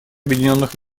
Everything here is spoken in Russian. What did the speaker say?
объединенных